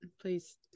Please